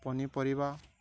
ପନିପରିବା